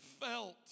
felt